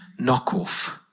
knockoff